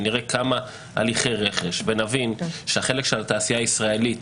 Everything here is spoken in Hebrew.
ונראה כמה הליכי רכש ונבין שהחלק של התעשייה הישראלית